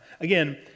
Again